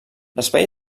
l’espai